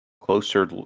closer